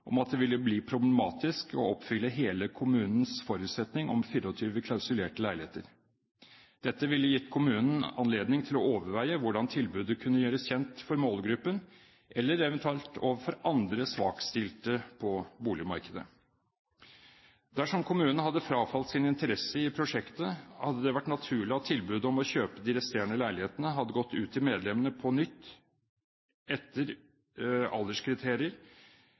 om at det ville bli problematisk å oppfylle hele kommunens forutsetning om 24 klausulerte leiligheter. Dette ville gitt kommunen anledning til å overveie hvordan tilbudet kunne gjøres kjent for målgruppen eller eventuelt for andre svakstilte på boligmarkedet. Dersom kommunen hadde frafalt sin interesse i prosjektet, hadde det vært naturlig at tilbudet om å kjøpe de resterende leilighetene hadde gått ut til medlemmene på nytt uten alderskriteriene, men etter